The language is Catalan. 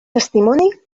testimoni